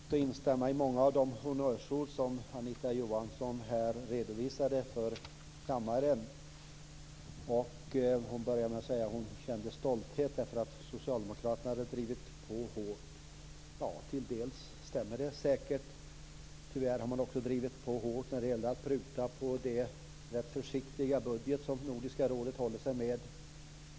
Fru talman! Det är lätt att instämma i många av de honnörsord som Anita Johansson här redovisade för kammaren. Hon började med att säga att hon kände stolthet därför att socialdemokraterna hade drivit på hårt. Det stämmer säkert till en del, men tyvärr har de också drivit på hårt när det gäller att pruta på den rätt försiktiga budget som Nordiska rådet håller sig med.